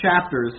chapters